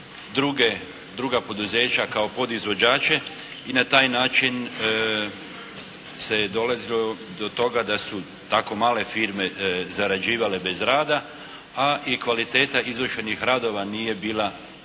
druga poduzeća kao podizvođače i na taj način se dolazilo do toga da su tako male firme zarađivale bez rada, a i kvaliteta izvršenih radova nije bila